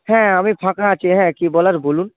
হ্যাঁ আমি ফাঁকা আছি হ্যাঁ কী বলার বলুন